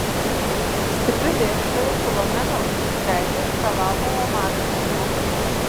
stipri dėstytoja filomena ušinskaitė reikalaudavo maksimumo